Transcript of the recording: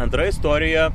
antra istorija